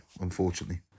unfortunately